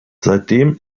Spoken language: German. seitdem